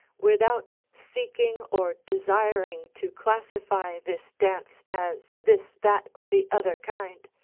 without seeking or desiring to classify this dance as this, that or the other kind,